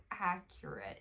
accurate